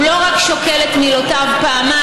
הוא לא רק שוקל את מילותיו פעמיים,